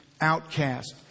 outcast